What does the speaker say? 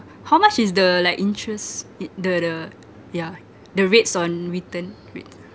how much is the like interest it the the yeah the rates on return rate